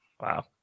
Wow